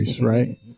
right